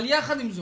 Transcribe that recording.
אבל יחד עם זאת,